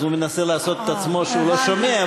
אז הוא מנסה לעשות עצמו שהוא לא שומע,